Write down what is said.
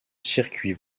circuit